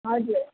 हजुर